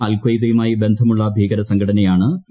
അൽ ഖയ്ദയുമായി ബന്ധമുള്ള ഭീകര സംഘടനയാണ് എ